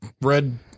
Red